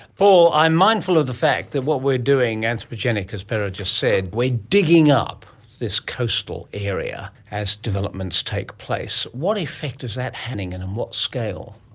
paul, i'm mindful of the fact that what we are doing, anthropogenic as pere just said, we are digging up this coastal area as developments take place. what effect is that having and on um what scale?